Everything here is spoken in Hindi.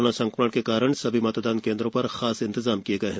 कोरोना संक्रमण के कारण सभी मतदान केंद्रों पर खास इंतजाम किए गए हैं